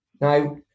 Now